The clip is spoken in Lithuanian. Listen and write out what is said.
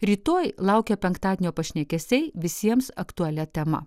rytoj laukia penktadienio pašnekesiai visiems aktualia tema